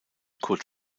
kurt